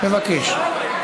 מבקש.